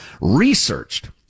researched